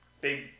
big